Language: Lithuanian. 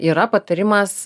yra patarimas